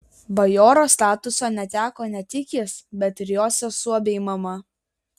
bajoro statuso neteko ne tik jis bet ir jo sesuo bei mama